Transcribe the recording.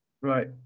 Right